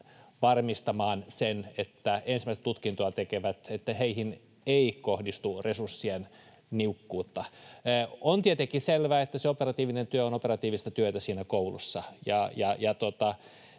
varmistamaan sen, että ensimmäistä tutkintoa tekeviin ei kohdistu resurssien niukkuutta. On tietenkin selvää, että se operatiivinen työ on operatiivista työtä siinä koulussa,